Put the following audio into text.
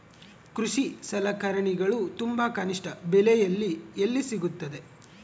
ಕೃಷಿ ಸಲಕರಣಿಗಳು ತುಂಬಾ ಕನಿಷ್ಠ ಬೆಲೆಯಲ್ಲಿ ಎಲ್ಲಿ ಸಿಗುತ್ತವೆ?